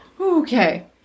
Okay